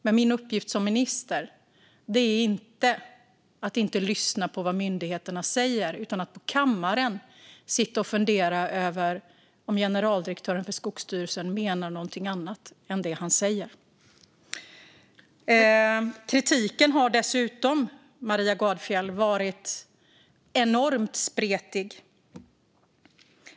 Men min uppgift som minister är inte att inte lyssna på vad myndigheterna säger och att i kammaren sitta och fundera över om generaldirektören för Skogsstyrelsen menar någonting annat än det han säger. Kritiken har dessutom, Maria Gardfjell, varit enormt spretig.